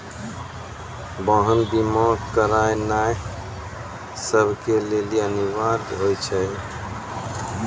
वाहन बीमा करानाय सभ के लेली अनिवार्य होय छै